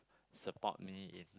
support me in